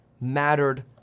mattered